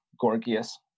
Gorgias